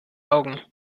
augen